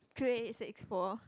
three eight six four